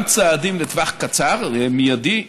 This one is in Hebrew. גם צעדים לטווח קצר, מיידי,